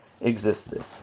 existed